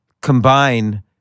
combine